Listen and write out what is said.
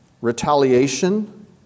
retaliation